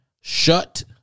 Shut